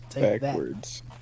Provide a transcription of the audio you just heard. backwards